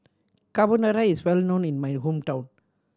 Carbonara is well known in my hometown